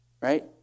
right